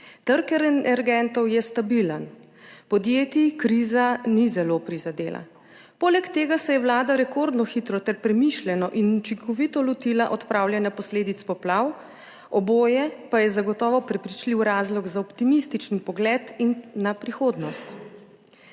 Trg energentov je stabilen. Podjetij kriza ni zelo prizadela. Poleg tega se je vlada rekordno hitro ter premišljeno in učinkovito lotila odpravljanja posledic poplav. Oboje pa je zagotovo prepričljiv razlog za optimističen pogled na prihodnost.